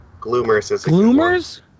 gloomers